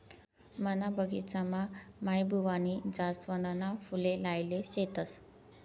मना बगिचामा माईबुवानी जासवनना फुले लायेल शेतस